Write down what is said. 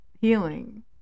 healing